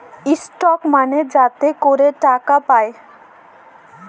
stock মালে যাতে ক্যরে টাকা পায়